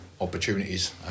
opportunities